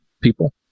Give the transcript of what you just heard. people